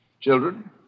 children